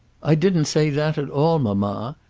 i didn't say that at all, mamma.